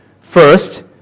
First